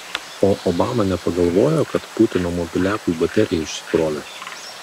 o obama nepagalvojo kad putino mobiliakui baterija išsikrovė